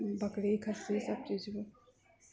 बकरी खस्सी सबचीज